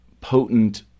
potent